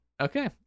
Okay